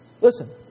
Listen